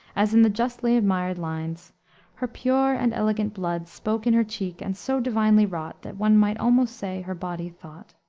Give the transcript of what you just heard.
as in the justly admired lines her pure and eloquent blood spoke in her cheek and so divinely wrought that one might almost say her body thought.